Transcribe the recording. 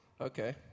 Okay